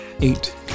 eight